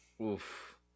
Oof